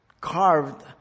carved